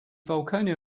volcano